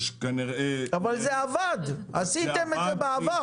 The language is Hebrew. אבל זה עבד, עשיתם את זה בעבר.